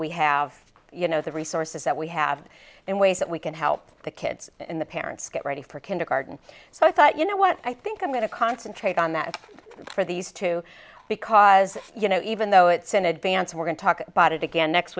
we have you know the resources that we have and ways that we can help the kids and the parents get ready for kindergarten so i thought you know what i think i'm going to concentrate on that for these two because as you know even though it's in advance we're going to talk about it again next